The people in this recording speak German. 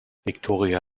victoria